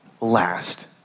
Last